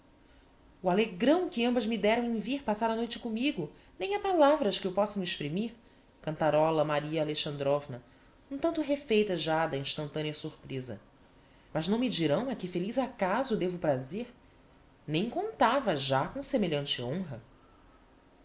o alegrão que ambas me deram em vir passar a noite commigo nem ha palavras que o possam exprimir cantaróla maria alexandrovna um tanto refeita já da instantanea surpreza mas não me dirão a que feliz acaso devo o prazer nem contava já com semelhante honra